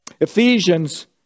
Ephesians